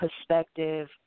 perspective